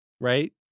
right